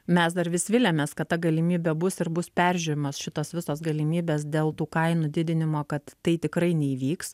mes dar vis viliamės kad ta galimybė bus ir bus peržiūrimos šitos visos galimybės dėl tų kainų didinimo kad tai tikrai neįvyks